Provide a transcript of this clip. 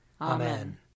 Amen